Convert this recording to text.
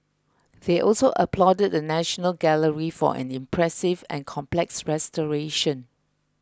they also applauded the National Gallery for an impressive and complex restoration